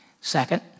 Second